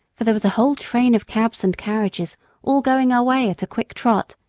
for there was a whole train of cabs and carriages all going our way at a quick trot,